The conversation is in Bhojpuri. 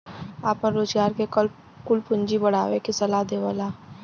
आपन रोजगार के कुल पूँजी बढ़ावे के सलाह देवला